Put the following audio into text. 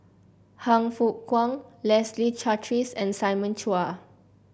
Han Fook Kwang Leslie Charteris and Simon Chua